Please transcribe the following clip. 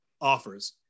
offers